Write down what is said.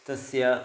तस्य